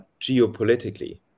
geopolitically